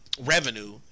revenue